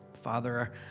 Father